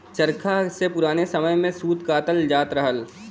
चरखा से पुराने समय में सूत कातल जात रहल